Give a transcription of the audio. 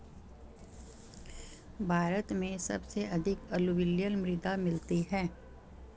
भारत में सबसे अधिक अलूवियल मृदा मिलती है